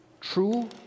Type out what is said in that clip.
true